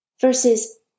versus